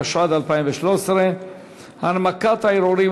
התשע"ד 2013. הנמקת הערעורים,